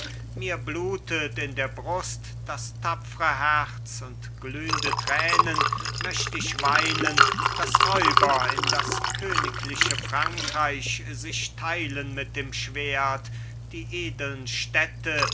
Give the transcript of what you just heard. mir blutet in der brust das tapfre herz und glühnde tränen möcht ich weinen daß räuber in das königliche frankreich sich teilen mit dem schwert die edeln städte